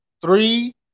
three